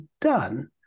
done